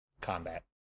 combat